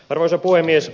arvoisa puhemies